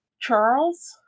Charles